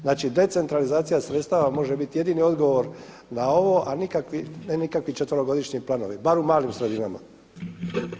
Znači decentralizacija sredstava može bit jedini odgovor na ovo, a ne nikakvi četverogodišnji planovi bar u malim sredinama.